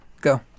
Go